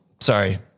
Sorry